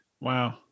Wow